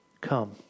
come